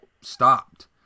stopped